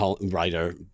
writer